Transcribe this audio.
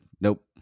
Nope